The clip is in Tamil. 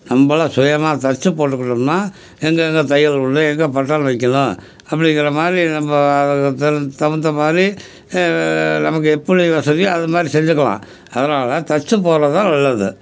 நம்மளா சுயமாக தைச்சு போட்டுக்கிட்டோம்னால் எங்கே எங்கே தையல் உள்ளே எங்கே பட்டன் வைக்கணும் அப்படிங்கிற மாதிரி நம்ம அது அது தகுந்த மாதிரி நமக்கு எப்படி வசதியோ அது மாதிரி செஞ்சுக்கலாம் அதனால் தைச்சு போடுறது தான் நல்லது